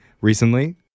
recently